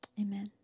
Amen